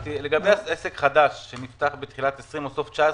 לגבי עסק חדש שנפתח בתחילת 2020 או בסוף 2019,